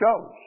shows